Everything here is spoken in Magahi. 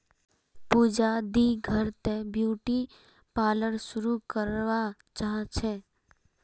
पूजा दी घर त ब्यूटी पार्लर शुरू करवा चाह छ